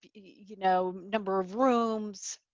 you know number of rooms,